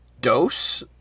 dose